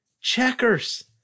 Checkers